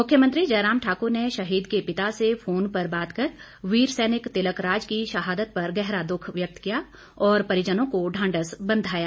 मुख्यमंत्री जयराम ठाकुर ने शहीद के पिता से फोन पर बात कर वीर सैनिक तिलक राज की शहादत पर गहरा दुःख व्यक्त किया और परिजनों को ढांढस बंधाया